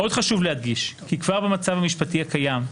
עוד חשוב להדגיש כי כבר במצב המשפטי הקיים,